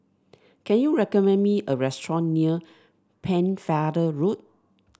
can you recommend me a restaurant near Pennefather Road